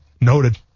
noted